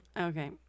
Okay